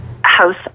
house